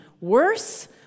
Worse